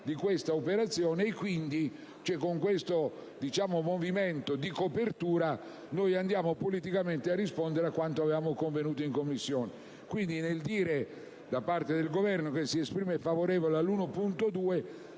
di detta operazione. Quindi, con questo movimento di copertura andiamo politicamente a rispondere a quanto avevamo convenuto in Commissione. Nel dire che il Governo si esprime favorevole